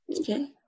Okay